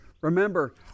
Remember